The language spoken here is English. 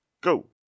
Go